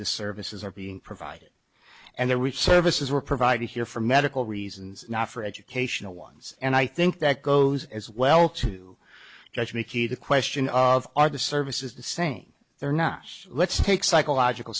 the services are being provided and there are services were provided here for medical reasons not for educational ones and i think that goes as well to just make it a question of are the services the same there or not let's take psychological